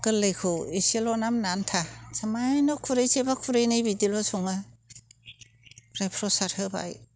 गोरलैखौ एसेल' नामनि आन्था सामान्य' खुरैसे बा खुरैनै बिदिल' सङो ओमफ्राय प्रसाद होबाय